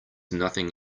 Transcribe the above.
nothing